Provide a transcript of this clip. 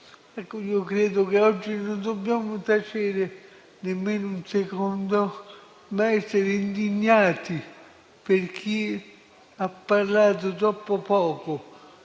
Ecco, io credo che oggi non dobbiamo tacere nemmeno un secondo, ma essere indignati per chi ha parlato troppo poco,